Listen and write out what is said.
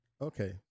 Okay